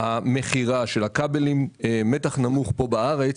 המכירה של הכבלים במתח נמוך פה בארץ